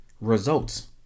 results